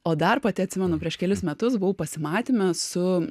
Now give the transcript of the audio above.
o dar pati atsimenu prieš kelis metus buvau pasimatyme su